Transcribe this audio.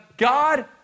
God